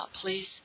please